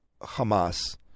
Hamas